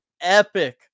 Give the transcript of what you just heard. epic